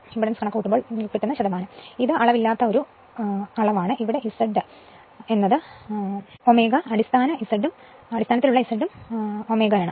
ഇത് അളവില്ലാത്ത അളവാണ് ഇവിടെ Ω ലെ Z ഈ Z അടിസ്ഥാനത്തിലും Ω ആണ്